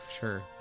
sure